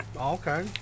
Okay